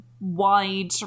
wide